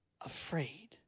afraid